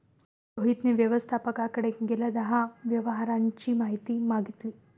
रोहितने व्यवस्थापकाकडे गेल्या दहा व्यवहारांची माहिती मागितली